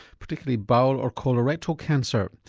particularly bowel or colorectal cancer.